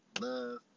love